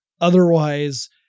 Otherwise